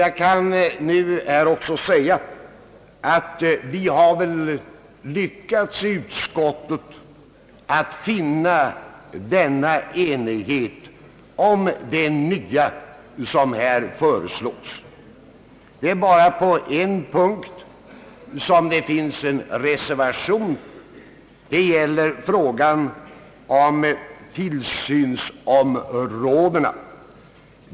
Jag kan nu säga att utskottet lyckats att finna denna enighet om det nya som föreslås. Det är bara på en punkt som det finns en reservation. Det gäller frågan om tillsynsområdena.